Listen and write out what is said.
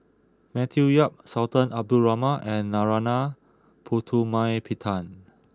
Matthew Yap Sultan Abdul Rahman and Narana Putumaippittan